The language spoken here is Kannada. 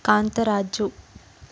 ಕಾಂತರಾಜು